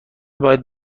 باید